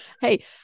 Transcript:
Hey